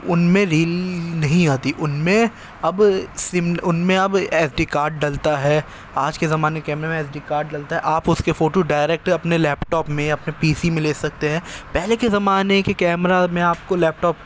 ان میں ریل نہیں آتی ان میں اب سم ان میں اب ایس ڈی کارڈ ڈلتا ہے آج کے زمانے کے کیمرے میں ایس ڈی کارڈ ڈلتا آپ اس کے فوٹو ڈائریکٹ اپنے لیپ ٹاپ میں یا اپنے پی سی میں لے سکتے ہیں پہلے کے زمانے کے کیمرا میں آپ کو لیپ ٹاپ